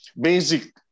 basic